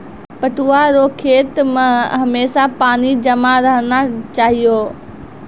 पटुआ रो खेत मे हमेशा पानी जमा रहना चाहिऔ